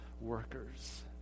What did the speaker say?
workers